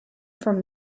from